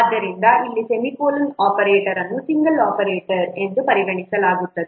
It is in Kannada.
ಆದ್ದರಿಂದ ಇಲ್ಲಿ ಸೆಮಿಕೋಲನ್ ಆಪರೇಟರ್ ಅನ್ನು ಸಿಂಗಲ್ ಆಪರೇಟರ್ ಎಂದು ಪರಿಗಣಿಸಲಾಗುತ್ತದೆ